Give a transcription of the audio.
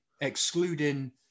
excluding